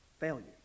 failure